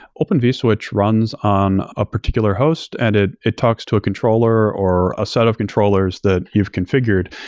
open vswitch runs on a particular host and ah it talks to a controller, or a set of controllers that you've conf igured.